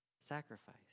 sacrifice